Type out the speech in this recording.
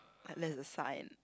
and that's a sign